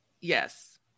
yes